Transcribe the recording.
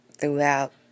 throughout